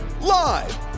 Live